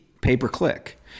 pay-per-click